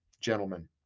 gentlemen